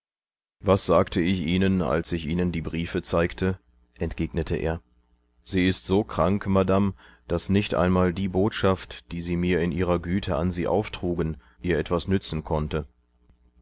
was sagte ich ihnen als ich ihnen die briefe zeigte entgegnete er sie ist so krank madame daß nicht einmal die botschaft die sie mir in ihrer güte an sie auftrugen ihretwasnützenkonnte